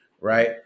right